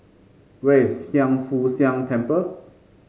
where is Hiang Foo Siang Temple